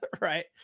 Right